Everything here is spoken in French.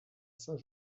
saint